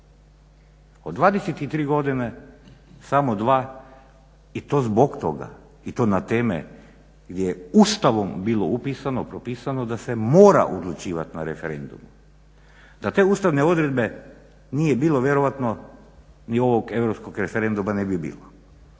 U 23 godine samo dva i to zbog toga i to na teme gdje je Ustavom bilo upisano, propisano da se mora odlučivat na referendumu, da te ustavne odredbe nije bilo vjerojatno ni ovog europskog referenduma ne bi bilo.